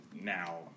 now